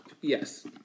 Yes